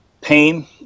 pain